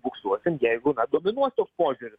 buksuosim jeigu dominuos toks požiūris